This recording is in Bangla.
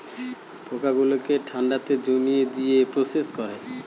পোকা গুলোকে ঠান্ডাতে জমিয়ে দিয়ে প্রসেস করে